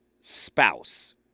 spouse